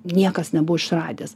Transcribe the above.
niekas nebuvo išradęs